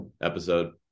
episode